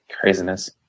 craziness